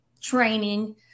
training